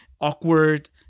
awkward